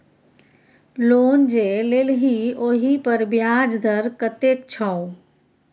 loan जे लेलही ओहिपर ब्याज दर कतेक छौ